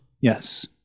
Yes